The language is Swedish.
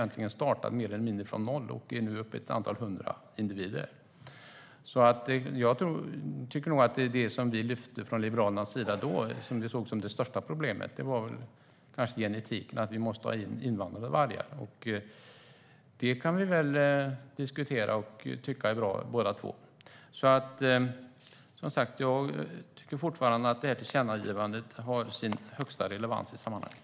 Stammen startade ju från noll och är nu uppe i ett antal hundra individer. Det som vi från Liberalerna såg som det största problemet var genetiken, att det behövdes invandrade vargar. Det kan vi väl tycka är bra båda två. Jag tycker fortfarande att det här tillkännagivandet har sin högsta relevans i sammanhanget.